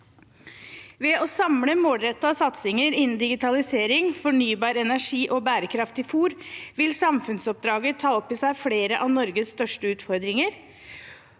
Ved å samle målrettede satsinger innen digitalisering, fornybar energi og bærekraftig fôr vil samfunnsoppdraget ta opp i seg flere av Norges største utfordringer